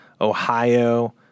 Ohio